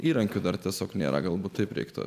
įrankių dar tiesiog nėra galbūt taip reiktų